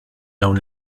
dawn